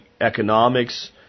economics